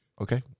Okay